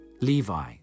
Levi